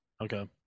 Okay